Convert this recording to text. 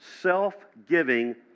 self-giving